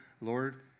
Lord